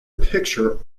picture